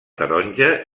taronja